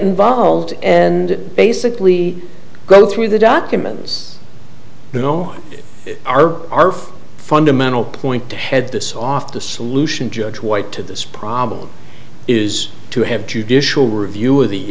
involved and basically go through the documents you know are our fundamental point to head this off the solution judge white to this problem is to have judicial review of the